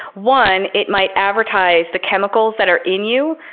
one, it might advertise the chemicals that are in you,